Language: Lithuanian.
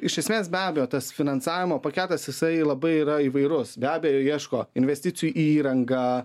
iš esmės be abejo tas finansavimo paketas jisai labai yra įvairus be abejo ieško investicijų į įrangą